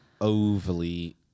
overly